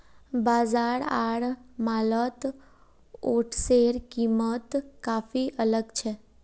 बाजार आर मॉलत ओट्सेर कीमत काफी अलग छेक